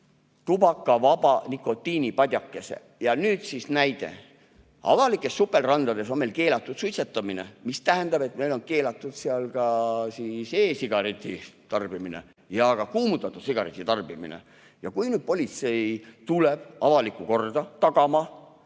tubakavaba nikotiinipadjakese. Nüüd siis näide. Avalikes supelrandades on meil keelatud suitsetamine, mis tähendab, et meil on keelatud seal ka e-sigareti tarbimine ja kuumutatud sigarettide tarbimine. Kui nüüd politsei tuleb avalikku korda tagama,